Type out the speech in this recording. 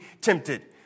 tempted